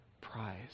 prize